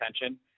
attention